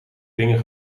dingen